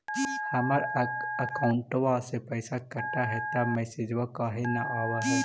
हमर अकौंटवा से पैसा कट हई त मैसेजवा काहे न आव है?